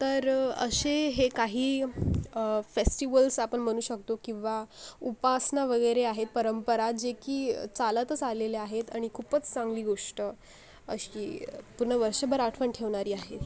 तर असे हे काही फेस्टिवल्स आपण म्हणू शकतो किंवा उपासना वगैरे आहेत परंपरा जे की चालतच आलेल्या आहेत आणि खूपच चांगली गोष्ट अशी पूर्ण वर्षभर आठवण ठेवणारी आहे ही